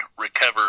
recover